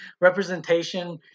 representation